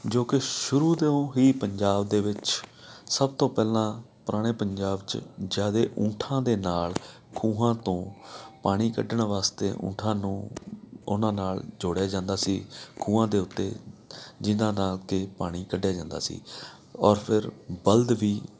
ਜੋ ਕਿ ਸ਼ੁਰੂ ਤੋਂ ਹੀ ਪੰਜਾਬ ਦੇ ਵਿੱਚ ਸਭ ਤੋਂ ਪਹਿਲਾਂ ਪੁਰਾਣੇ ਪੰਜਾਬ 'ਚ ਜ਼ਿਆਦਾ ਊਠਾਂ ਦੇ ਨਾਲ ਖੂਹਾਂ ਤੋਂ ਪਾਣੀ ਕੱਢਣ ਵਾਸਤੇ ਊਠਾਂ ਨੂੰ ਉਹਨਾਂ ਨਾਲ ਜੋੜਿਆ ਜਾਂਦਾ ਸੀ ਖੂਹਾਂ ਦੇ ਉੱਤੇ ਜਿੰਨ੍ਹਾਂ ਨਾਲ ਕੇ ਪਾਣੀ ਕੱਢਿਆ ਜਾਂਦਾ ਸੀ ਔਰ ਫਿਰ ਬਲਦ ਵੀ